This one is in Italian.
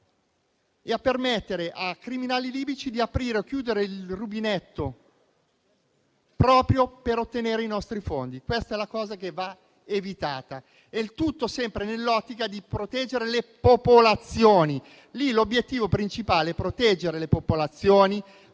permettendo a criminali libici di aprire e chiudere il rubinetto, proprio per ottenere i nostri fondi: questa è la cosa che va evitata. Il tutto sempre nell'ottica di proteggere le popolazioni: in questo caso l'obiettivo principale è proteggere le popolazioni